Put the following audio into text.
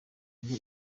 ngo